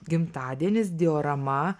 gimtadienis diorama